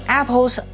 apples